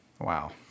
Wow